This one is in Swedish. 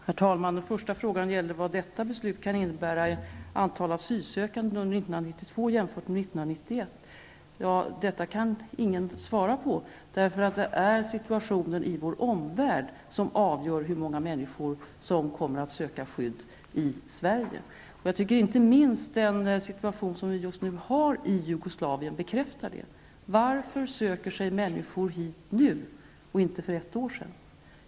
Herr talman! Den första frågan gällde vad detta beslut kan innebära i fråga om antalet asylsökande under 1992 jämfört med 1991. Ja, den frågan kan ingen svara på, därför att det är situationen i vår omvärld som är avgörande för antalet människor som kommer att söka skydd i Sverige. Jag tycker att inte minst den situation som just nu råder i Jugoslavien bekräftar detta. Varför söker sig människor hit nu och inte för ett år sedan?